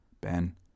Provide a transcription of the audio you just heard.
Ben